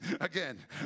Again